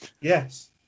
Yes